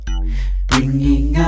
Bringing